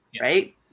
right